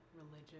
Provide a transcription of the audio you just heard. religion